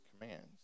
commands